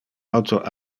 auto